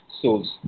souls